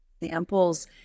examples